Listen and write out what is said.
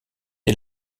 est